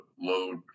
load